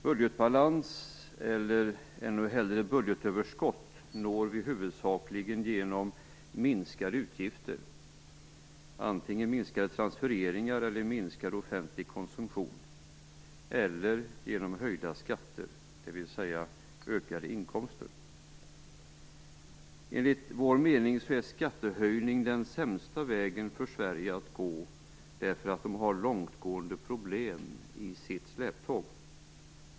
Budgetbalans, eller ännu hellre budgetöverskott, når vi huvudsakligen genom minskade utgifter - antingen minskade transfereringar eller minskad offentlig konsumtion - eller genom höjda skatter, dvs. ökade inkomster. Enligt vår mening är skattehöjning den sämsta vägen för Sverige att gå, eftersom den har långtgående problem i släptåg.